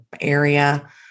area